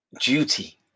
duty